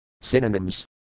Synonyms